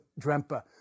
Drempa